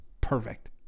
perfect